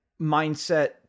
mindset